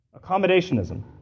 Accommodationism